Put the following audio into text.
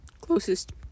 Closest